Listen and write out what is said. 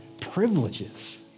privileges